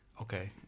Okay